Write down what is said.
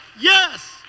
Yes